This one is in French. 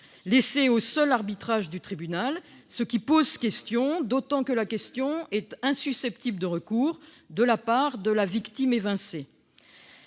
laissé au seul arbitrage du tribunal, ce qui pose problème, d'autant que la question est insusceptible de recours de la part de la victime évincée.